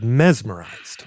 mesmerized